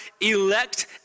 elect